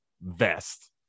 vest